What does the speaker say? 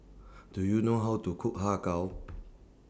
Do YOU know How to Cook Har Kow